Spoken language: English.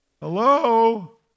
Hello